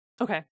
okay